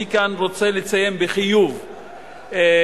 אני כאן רוצה לציין בחיוב את